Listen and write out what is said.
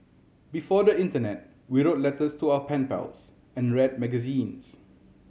before the internet we wrote letters to our pen pals and read magazines